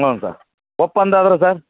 ಹ್ಞೂ ಸರ್ ಒಪ್ಪಂದ ಆದ್ರೆ ಸರ್